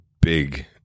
big